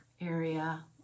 area